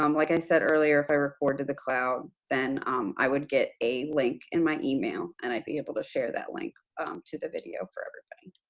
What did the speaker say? um like i said earlier, if i record to the cloud, then i would get a link in my email, and i'd be able to share that link to the video for everybody.